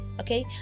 okay